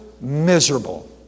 miserable